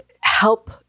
help